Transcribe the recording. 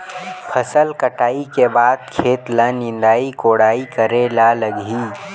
फसल कटाई के बाद खेत ल निंदाई कोडाई करेला लगही?